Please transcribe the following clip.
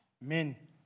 men